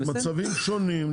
מצבים שונות,